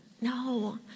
No